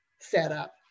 setup